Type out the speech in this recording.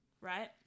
right